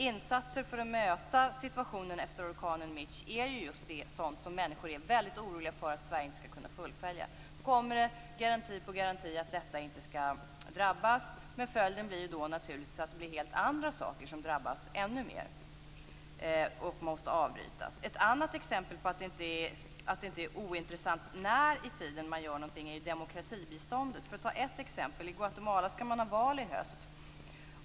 Insatser för att möta situationen efter orkanen Mitch är just sådant som människorna är väldigt oroliga för att Sverige inte skall kunna fullfölja. Det kommer garanti på garanti att detta inte skall drabbas. Men följden blir naturligt att det blir helt andra saker som drabbas ännu mer och måste avbrytas. Ett annat exempel på att det inte är ointressant när i tiden man gör någonting är demokratibiståndet. I Guatemala skall man ha val i höst.